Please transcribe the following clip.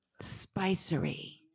spicery